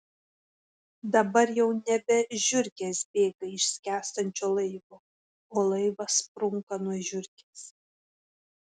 dabar jau nebe žiurkės bėga iš skęstančio laivo o laivas sprunka nuo žiurkės